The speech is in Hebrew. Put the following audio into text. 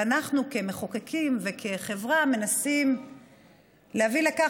ואנחנו כמחוקקים וכחברה מנסים להביא לכך